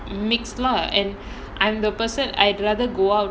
mixed lah and I'm the person I'd rather go out